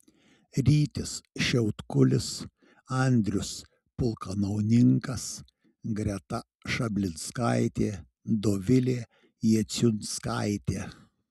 rytis šiautkulis andrius pulkauninkas greta šablinskaitė dovilė jaciunskaitė